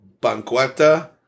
Banqueta